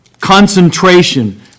concentration